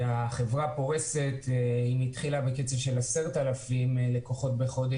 החברה התחילה לפרוס בקצב של 10,000 לקוחות בחודש